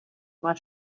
war